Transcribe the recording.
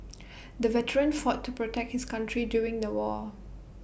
the veteran fought to protect his country during the war